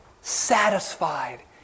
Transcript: satisfied